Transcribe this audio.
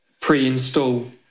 pre-install